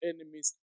enemies